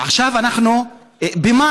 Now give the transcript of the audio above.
עכשיו אנחנו במאי,